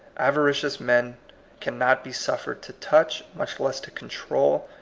avaricious men cannot be suffered to touch, much less to control,